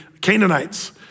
Canaanites